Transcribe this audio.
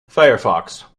firefox